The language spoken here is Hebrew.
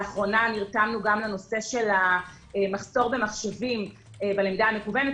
לאחרונה נרתמנו גם לנושא של המחסור במחשבים בלמידה המקוונת,